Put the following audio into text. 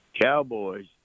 Cowboys